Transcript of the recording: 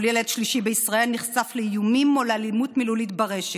כל ילד שלישי בישראל נחשף לאיומים או לאלימות מילולית ברשת,